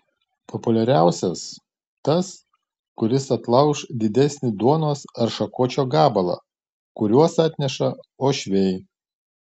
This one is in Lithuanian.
populiariausias tas kuris atlauš didesnį duonos ar šakočio gabalą kuriuos atneša uošviai